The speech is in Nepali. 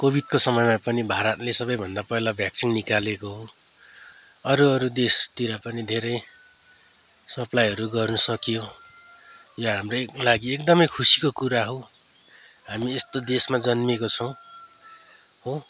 कोविडको समयमा पनि भारतले सबैभन्दा पहिला भेक्सिन निकालेको हो अरू अरू देशतिर पनि धेरै सप्लाईहरू गर्नु सकियो यो हाम्रै लागि एकदमै खुसीको कुरा हो हामी एस्तो देशमा जन्मेको छौँ हो